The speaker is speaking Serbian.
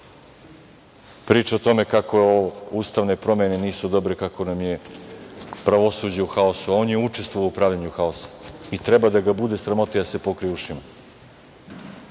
priča o tome kako ustavne promene nisu dobre, kao nam je pravosuđe u haosu, a on je učestvovao u pravljenju haosa i treba da ga bude sramota i da se pokrije ušima.